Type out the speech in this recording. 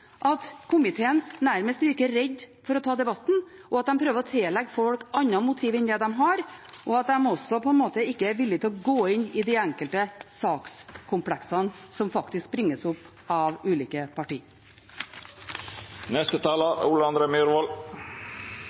at komiteen nærmest virker redd for å ta debatten, at man prøver å tillegge folk andre motiv enn de har, og også at man ikke er villig til å gå inn i de enkelte sakskompleksene som faktisk bringes opp av ulike partier. Som representanten Marit Arnstad sa, er